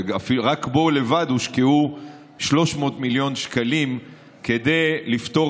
ורק בו לבד הושקעו 300 מיליון שקלים כדי לפתור